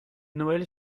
noël